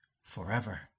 forever